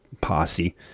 posse